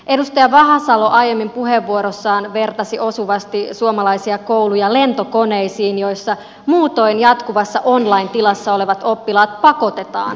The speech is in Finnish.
edustaja vahasalo aiemmin puheenvuorossaan vertasi osuvasti suomalaisia kouluja lentokoneisiin joissa muutoin jatkuvassa online tilassa olevat oppilaat pakotetaan offline tilaan